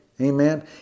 Amen